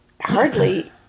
hardly